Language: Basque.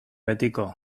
betiko